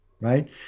Right